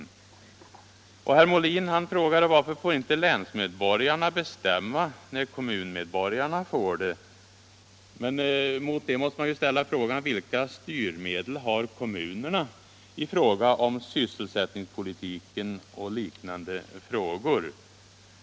Vidare frågade herr Molin varför inte länsmedborgarna får bestämma, när kommunmedborgarna får göra det. Men då måste man ju ställa frågan: Vilka styrmedel har kommunerna i fråga om sysselsättningspolitiken och liknande frågor?